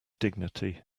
dignity